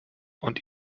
und